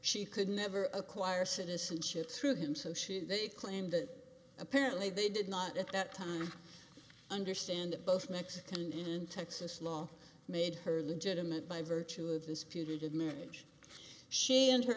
she could never acquire citizenship through him so she they claimed that apparently they did not at that time understand both mexico and in texas law made her legitimate by virtue of this putative marriage she and her